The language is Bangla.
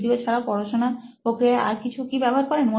ভিডিও ছাড়া পড়াশুনার প্রক্রিয়ায় আরও কিছু কি ব্যবহার করেন